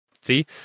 see